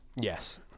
Yes